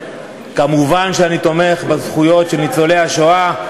מובן שאני תומך בזכויות של ניצולי השואה.